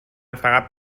فقط